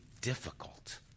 difficult